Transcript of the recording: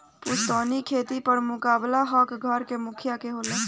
पुस्तैनी खेत पर मालिकाना हक घर के मुखिया के होला